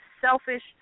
selfish